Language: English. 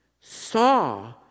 saw